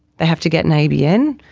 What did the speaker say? they have to get an abn.